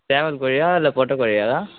சேவல் கோழியா இல்லை பொட்டைக் கோழியாக்கா